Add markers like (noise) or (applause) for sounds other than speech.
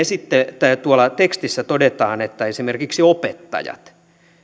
(unintelligible) sitten tuolla tekstissä todetaan esimerkiksi opettajat